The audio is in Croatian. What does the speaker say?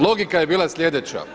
Logika je bila sljedeća.